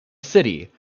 city